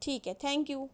ٹھیک ہے thank you